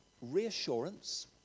reassurance